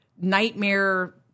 nightmare